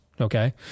Okay